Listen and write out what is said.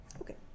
Okay